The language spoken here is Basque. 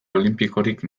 olinpikorik